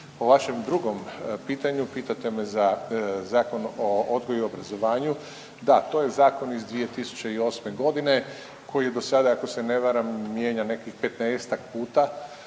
O vašem drugom pitanju, pitate me za Zakon o odgoju i obrazovanju. Da, to je zakon iz 2008. godine koji je do sada ako se ne varam mijenjao nekakvih